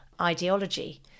ideology